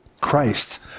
Christ